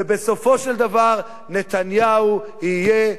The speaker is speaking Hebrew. ובסופו של דבר נתניהו יהיה,